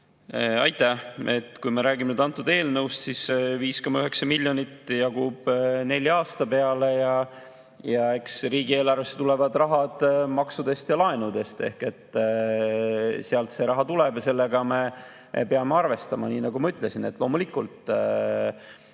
Aitäh! Kui me räägime nüüd antud eelnõust, siis 5,9 miljonit [eurot] jagub nelja aasta peale ja eks riigieelarvesse tulevad rahad maksudest ja laenudest. Sealt see raha tuleb ja sellega me peame arvestama. Nii nagu ma ütlesin, loomulikult